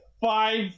five